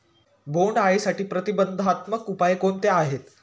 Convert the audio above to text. बोंडअळीसाठी प्रतिबंधात्मक उपाय कोणते आहेत?